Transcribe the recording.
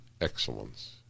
excellence